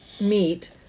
meat